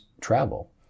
travel